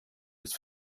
des